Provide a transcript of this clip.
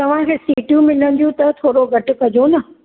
तव्हांखे सिटूं मिलंदियूं त थोरो घटि कजो न